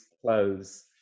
clothes